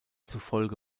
zufolge